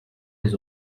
les